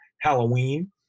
Halloween